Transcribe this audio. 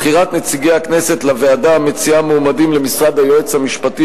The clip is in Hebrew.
בחירת נציגי הכנסת לוועדה המציעה מועמדים למשרת היועץ המשפטי